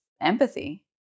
empathy